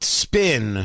spin